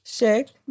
Shake